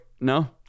No